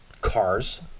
cars